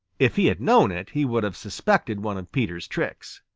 if he had known it, he would have suspected one of peter's tricks.